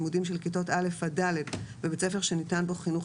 לימודים של כיתות א'-ד' בבית ספר שניתן בו חינוך